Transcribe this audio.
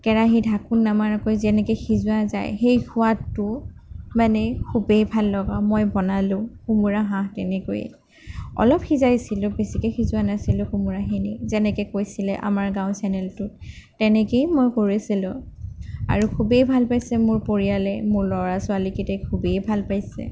কেৰাহীৰ ঢাকোন নমৰাকৈ যেনেকৈ সিজোৱা যায় সেই সোৱাদটো মানে খুবেই ভাললগা মই বনালোঁ কোমোৰা হাঁহ তেনেকৈ অলপ সিজাইছিলোঁ বেছিকৈ সিজোৱা নাছিলোঁ কোমোৰাখিনি যেনেকৈ কৈছিলে আমাৰ গাঁও চেনেলটোত তেনেকেই মই কৰিছিলোঁ আৰু খুবেই ভাল পাইছে মোৰ পৰিয়ালে মোৰ ল'ৰা ছোৱালী কেইটাই খুবেই ভাল পাইছে